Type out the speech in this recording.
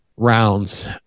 rounds